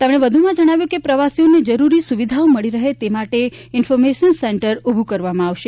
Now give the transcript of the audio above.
તેમણે વધુમાં જણાવ્યું હતું કે પ્રવાસીઓને જરૂરી સુવિધાઓ મળી રહે તે માટે ઇન્ફોર્મેશન સેન્ટર ઊભું કરવામાં આવશે